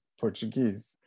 Portuguese